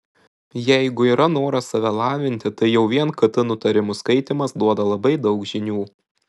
jeigu yra noras save lavinti tai jau vien kt nutarimų skaitymas duoda labai daug žinių